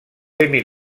límit